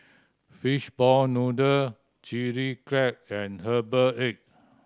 fishball noodle Chilli Crab and herbal egg